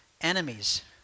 Enemies